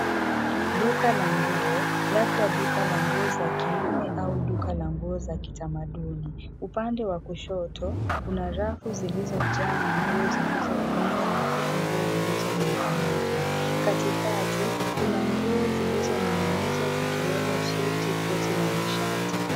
Duka la nguo, labda duka la nguo za kiume au duka la nguo za kitamaduni. Upande wa kushoto, kuna rafu zilizojaa nguo zilizokunjwa na pia nguo zilizoning'inizwa. Katikati, kuna nguo zilizoning'inizwa zikiwemo suti, koti na mashati.